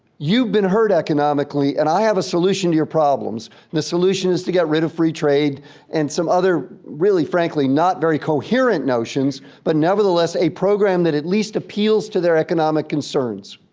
you've been hurt economically and i have a solution to your problems. and the solution is to get rid of free trade and some other, really, frankly, not very coherent notions, but nevertheless a program that at least appeals to their economic concerns.